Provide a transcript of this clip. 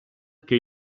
che